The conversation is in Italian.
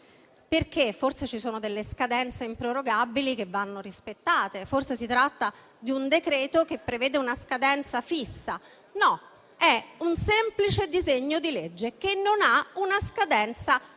Perché? Forse ci sono delle scadenze improrogabili che vanno rispettate? Forse si tratta di un decreto-legge che prevede una scadenza fissa? No, è un semplice disegno di legge che non ha una scadenza fissa.